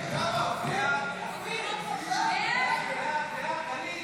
כהצעת הוועדה, נתקבל.